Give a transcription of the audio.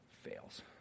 fails